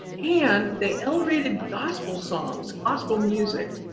and they elevated gospel songs, gospel music,